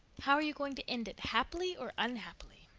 how are you going to end it happily or unhappily?